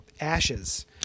ashes